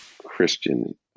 Christian